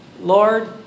Lord